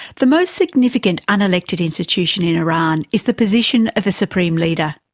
the most significant unelected institution in iran is the position of the supreme leader.